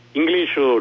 English